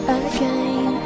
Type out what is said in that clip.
again